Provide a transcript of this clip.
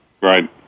Right